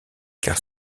car